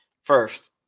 first